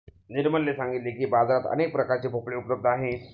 निर्मलने सांगितले की, बाजारात अनेक प्रकारचे भोपळे उपलब्ध आहेत